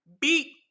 Beat